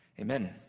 Amen